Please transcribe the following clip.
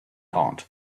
hot